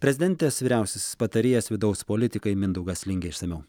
prezidentės vyriausiasis patarėjas vidaus politikai mindaugas lingė išsamiau